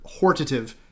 hortative